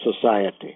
society